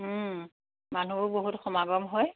মানুহবোৰ বহুত সমাগম হয়